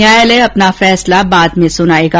न्यायालय अपना फैसला बाद में सुनाएगा